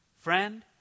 friend